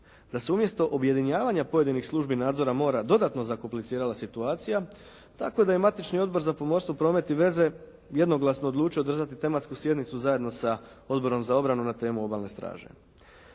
Da se umjesto objedinjavanja pojedinih službi nadzora mora dodatno zakomplicirala situacija tako da je matični odbor za pomorstvo, promet i veze jednoglasno odlučio održati tematsku sjednicu zajedno sa Odborom za obranu na temu obalne straže.